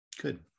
Good